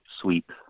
sweep